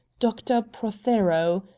dr. prothero.